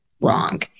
Wrong